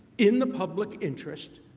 in the public interest,